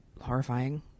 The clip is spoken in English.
horrifying